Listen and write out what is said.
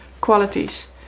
qualities